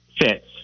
fits